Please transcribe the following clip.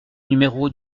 numéro